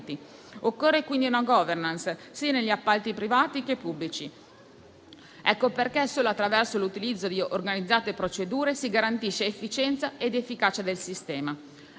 Occorre quindi una *governance* negli appalti sia privati sia pubblici. Ecco perché solo attraverso l'utilizzo di organizzate procedure si garantiscono efficienza ed efficacia del sistema